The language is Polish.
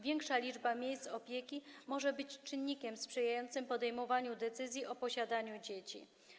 Większa liczba miejsc opieki może być czynnikiem sprzyjającym podejmowaniu decyzji o posiadaniu dzieci.